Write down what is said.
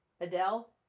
adele